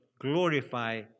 glorify